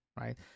right